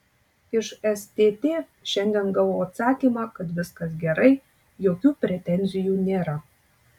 iš stt šiandien gavau atsakymą kad viskas gerai jokių pretenzijų nėra